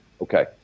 Okay